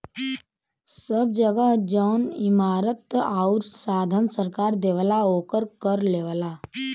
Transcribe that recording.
सब जगह जौन इमारत आउर साधन सरकार देवला ओकर कर लेवला